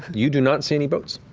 you do not see any boats.